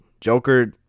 Joker